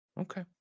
okay